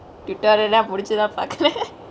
tutorial ல முடிச்சிதா பாக்குரே: le mudichithaa paakure